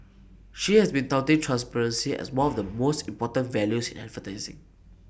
she has been touting transparency as one of the most important values in advertising